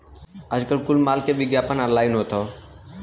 आजकल कुल माल के विग्यापन ऑनलाइन होत हौ